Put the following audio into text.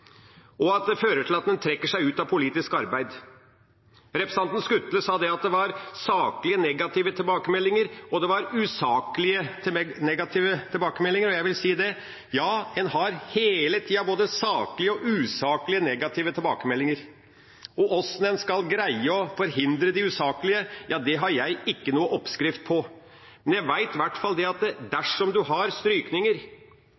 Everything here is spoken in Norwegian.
Det fører til at en trekker seg ut av politisk arbeid. Representanten Skutle sa at det var saklige negative tilbakemeldinger, og det var usaklige negative tilbakemeldinger. Jeg vil si: En har hele tida både saklige og usaklige negative tilbakemeldinger. Hvordan en skal greie å forhindre de usaklige, har jeg ikke noen oppskrift på. Men jeg vet i hvert fall at dersom det